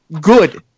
good